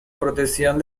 protección